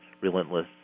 relentless